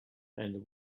and